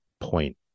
point